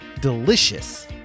Delicious